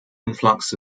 influx